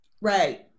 right